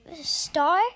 star